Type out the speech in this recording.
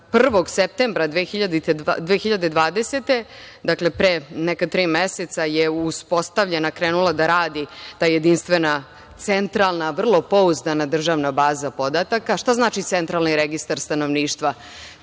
1. septembra 2020. godine, pre neka tri meseca, uspostavili, krenula je da radi ta jedinstvena, centralna, vrlo pouzdana državna baza podataka. Šta znači Centralni registar stanovništva?